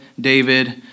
David